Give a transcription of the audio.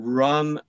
run